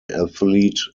athlete